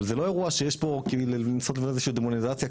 אבל זה לא אירוע שיש לנסות לאיזשהו דמוניזציה,